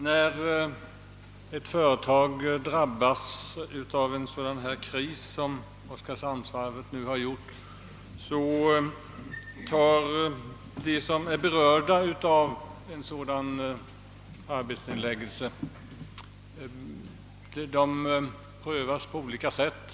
När ett företag drabbas av en sådan kris som nu Oskarshamns varv utsatts för, så blir de som är berörda av arbetsnedläggelsen prövade på olika sätt.